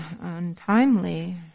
untimely